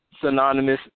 synonymous